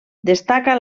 destaca